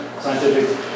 scientific